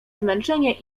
zmęczenie